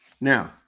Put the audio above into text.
Now